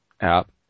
app